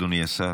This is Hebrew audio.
אדוני השר.